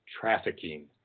trafficking